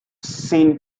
seen